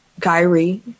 Kyrie